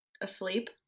asleep